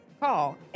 Call